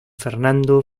fernando